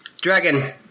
dragon